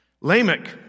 Lamech